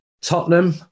Tottenham